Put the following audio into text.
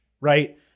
right